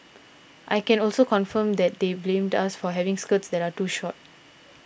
I can also confirm that they blamed us for having skirts that are too short